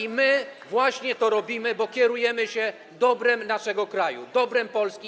I my właśnie to robimy, bo kierujemy się dobrem naszego kraju, dobrem Polski.